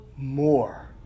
More